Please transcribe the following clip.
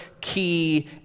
key